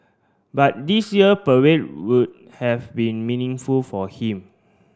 but this year parade would have been meaningful for him